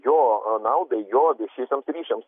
jo naudai jo viešiesiems ryšiams